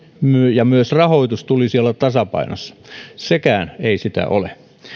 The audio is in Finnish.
ja myös rahoituksen tulisi olla tasapainossa sekään ei sitä ole